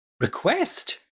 Request